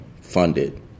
funded